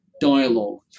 dialogue